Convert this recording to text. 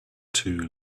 too